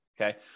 okay